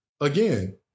Again